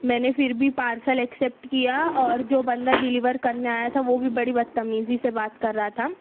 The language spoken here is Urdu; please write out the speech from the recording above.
میں نے پھر بھی پارسل ایکسپٹ کیا اور جو بندہ ڈلیور کرنے آیا تھا وہ بھی بڑی بدتمیزی سے بات کر رہا تھا